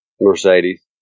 Mercedes